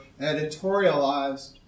editorialized